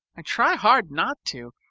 i try hard not to,